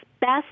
best